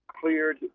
cleared